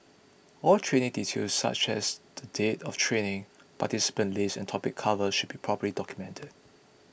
all training details such as the date of training participant list and topic covered should be properly documented